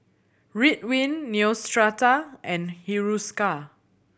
Ridwind Neostrata and Hiruscar